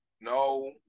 no